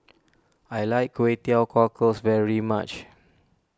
I like Kway Teow Cockles very much